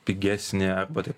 pigesnę arba taip